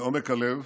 מעומק הלב